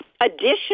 additional